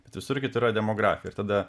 bet visur kitur yra demografija ir tada